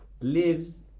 lives